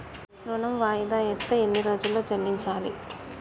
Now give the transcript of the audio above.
ఋణం వాయిదా అత్తే ఎన్ని రోజుల్లో చెల్లించాలి?